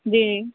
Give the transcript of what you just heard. جی جی